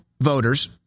voters